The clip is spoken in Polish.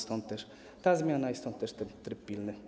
Stąd też ta zmiana i stąd ten tryb pilny.